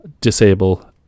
disable